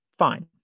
fine